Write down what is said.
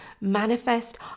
manifest